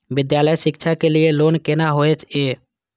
विद्यालय शिक्षा के लिय लोन केना होय ये?